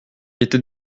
était